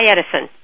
Edison